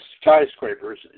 skyscrapers